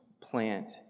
plant